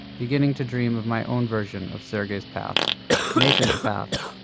beginning to dream of my own version of sergey's path nathan's path.